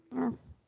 Yes